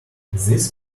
these